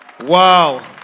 Wow